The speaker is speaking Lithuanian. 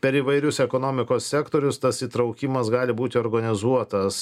per įvairius ekonomikos sektorius tas įtraukimas gali būti organizuotas